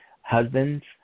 Husbands